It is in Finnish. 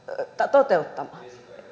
toteuttamaan